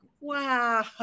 wow